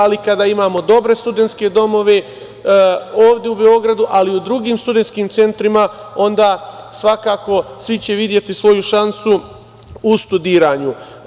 Ali, kada imamo dobre studentske domove ovde u Beogradu, ali i u drugim studentskim centrima, onda će svakako svi videti svoju šansu u studiranju.